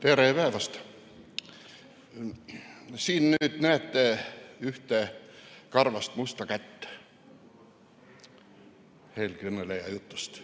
Tere päevast! Siin näete ühte karvast musta kätt eelkõneleja jutust.